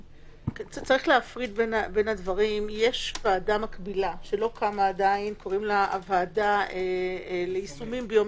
יש ועדה מקבילה שלא קמה עדיין הוועדה ליישומים ביומטריים.